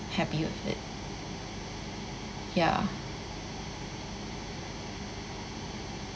happy with it ya